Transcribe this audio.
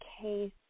case